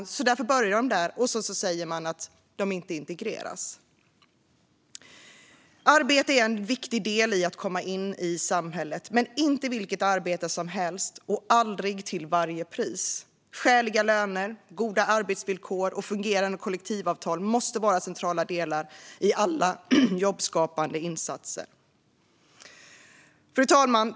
Därför börjar man där, och sedan säger man att de inte integreras. Arbete är en viktig del i att komma in i samhället, men det kan inte vara vilket arbete som helst och aldrig till varje pris. Skäliga löner, goda arbetsvillkor och fungerande kollektivavtal måste vara centrala delar i alla jobbskapande insatser. Fru talman!